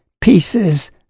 pieces